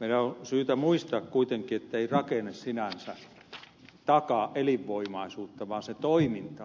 meidän on syytä muistaa kuitenkin ettei rakenne sinänsä takaa elinvoimaisuutta vaan se toiminta